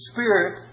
Spirit